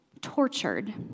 tortured